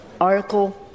article